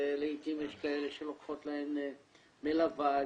ולעתים יש כאלה שלוקחות להן מלווה,